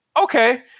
okay